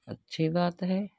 अच्छी बात है